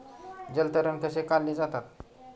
जलतण कसे काढले जातात?